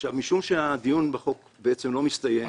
עכשיו, משום שהדיון בחוק לא מסתיים